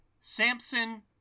Samson